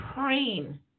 Praying